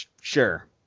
sure